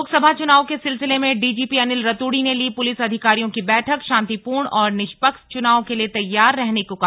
लोकसभा चुनाव के सिलसिले में डीजीपी अनिल रतूड़ी ने ली पुलिस अधिकारियों की बैठक शांतिपूर्ण और निष्पक्ष चुनाव के लिए तैयार रहने को कहा